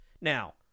Now